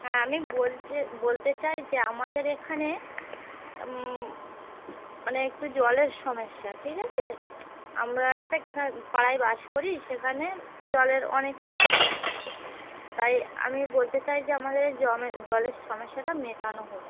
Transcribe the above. হ্যাঁ আমি বলছে বলতে চাই যে আমাদের এখানে মানে একটু জলের সমস্যা ঠিক আছে আমরা একটা খা পাড়ায় বাস করি সেখানে জলের অনেক সমস্যা তাই আমি বলতে চাই যে আমাদের জ মে জলের সমস্যাটা মেটানো হোক